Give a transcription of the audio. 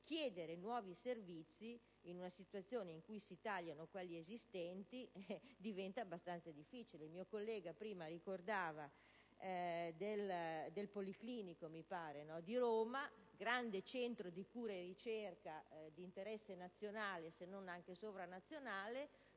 chiedere nuovi servizi, in una condizione in cui si tagliano quelli esistenti, diventa abbastanza difficile. Il senatore Mascitelli ricordava il caso del Policlinico Umberto I di Roma, grande centro di cura e ricerca di interesse nazionale, se non anche sovranazionale,